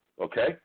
Okay